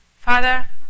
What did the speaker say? Father